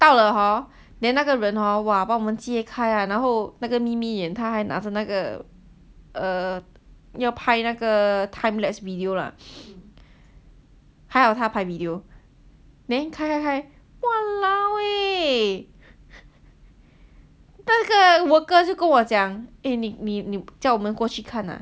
到了 hor then 那个人 hor !wah! 帮我们揭开然后那个咪咪眼他还拿着那个 err 要拍那个 time lapse video lah 还好他拍 video then 开开开 !walao! eh 那个 worker 就跟我讲 eh 你你叫我们过去看看